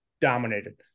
dominated